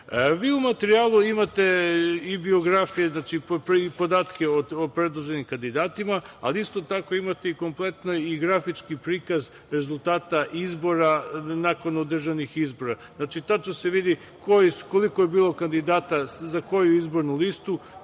u materijalu imate i biografije, podatke o predloženim kandidatima, ali isto tako imate i kompletni grafički prikaz rezultata nakon održanih izbora. Znači, tačno se vidi koliko je bilo kandidata za koju izbornu listu,